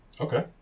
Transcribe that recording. Okay